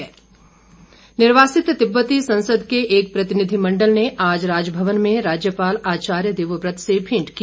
प्र तिनिधिमण्डल निर्वासित तिब्बती संसद के एक प्रतिनिधि मण्डल ने आज राजभवन में राज्यपाल आचार्य देववत से भेंट की